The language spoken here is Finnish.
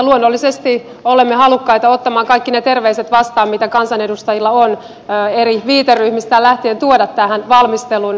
luonnollisesti olemme halukkaita ottamaan kaikki ne terveiset vastaan mitä kansanedustajilla on eri viiteryhmistä lähtien tuoda tähän valmistelun tueksi